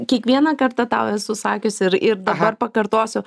kiekvieną kartą tau esu sakiusi ir ir dabar pakartosiu